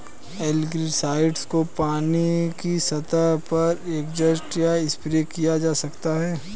algicides को पानी की सतह पर इंजेक्ट या स्प्रे किया जा सकता है